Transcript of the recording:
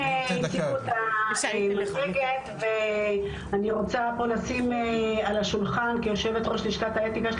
אני רוצה פה לשים על השולחן כיושבת-ראש לשכת האתיקה של